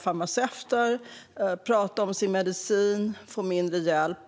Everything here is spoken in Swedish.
farmaceuter och tala om sin medicin och om människor får mindre hjälp.